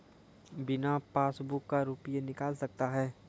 बिना पासबुक का रुपये निकल सकता हैं?